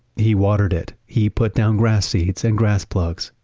he watered it. he put down grass seeds and grass plugs.